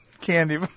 candy